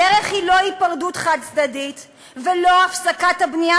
הדרך היא לא היפרדות חד-צדדית ולא הפסקת הבנייה